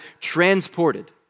transported